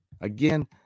again